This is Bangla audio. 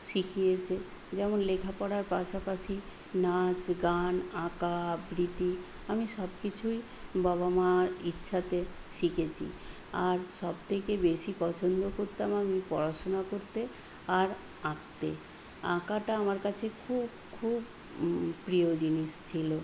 শিখিয়েছে যেমন লেখাপড়ার পাশাপাশি নাচ গান আঁকা আবৃত্তি আমি সবকিছুই বাবা মার ইচ্ছাতে শিখেছি আর সবথেকে বেশি পছন্দ করতাম আমি পড়াশোনা করতে আর আঁকতে আঁকাটা আমার কাছে খুব খুব প্রিয় জিনিস ছিল